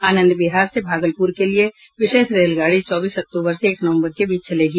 आनंद विहार से भागलपुर के लिए विशेष रेलगाड़ी चौबीस से एक नवंबर के बीच चलेगी